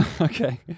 okay